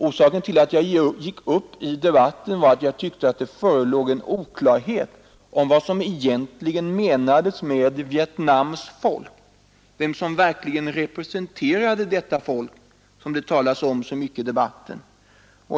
Orsaken till att jag över huvud taget gick upp i talarstolen var att jag tyckte det förelåg oklarhet om vad som egentligen menas med ”Vietnams folk”, vem som egentligen representerar detta folk som det talas så mycket om i debatten.